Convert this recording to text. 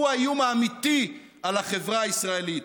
היא האיום האמיתי על החברה הישראלית.